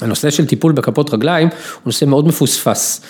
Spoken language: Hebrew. הנושא של טיפול בכפות רגליים הוא נושא מאוד מפוספס.